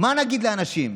מה נגיד לאנשים?